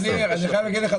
אני חייב להגיד לך,